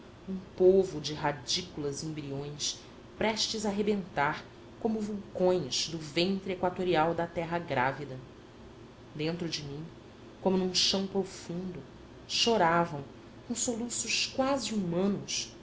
um povo de radículas e embriões prestes a rebentar como vulcões do ventre equatorial da terra grávida dentro de mim como num chão profundo choravam com soluços quase humanos